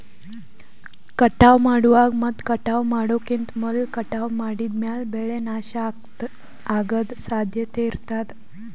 ಕಟಾವ್ ಮಾಡುವಾಗ್ ಮತ್ ಕಟಾವ್ ಮಾಡೋಕಿಂತ್ ಮೊದ್ಲ ಕಟಾವ್ ಮಾಡಿದ್ಮ್ಯಾಲ್ ಬೆಳೆ ನಾಶ ಅಗದ್ ಸಾಧ್ಯತೆ ಇರತಾದ್